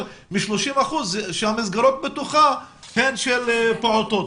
מ-30 אחוזים מהמסגרות בתוכה הן של פעוטות.